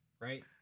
right